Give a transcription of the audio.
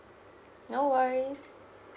no worry